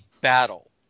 battle